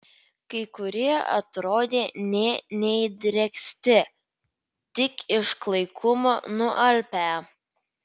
kai kurie atrodė nė neįdrėksti tik iš klaikumo nualpę